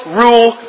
rule